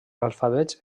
alfabets